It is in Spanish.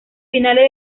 finales